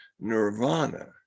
Nirvana